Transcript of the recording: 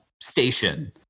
station